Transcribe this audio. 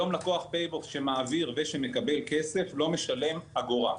לקוח "פייבוקס" שמעביר היום לזה שמקבל לא משלם אגורה כמדיניות.